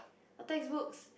a textbooks